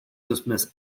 dismiss